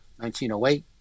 1908